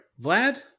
Vlad